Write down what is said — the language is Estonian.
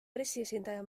pressiesindaja